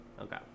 Okay